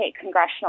congressional